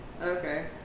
okay